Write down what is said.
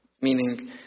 Meaning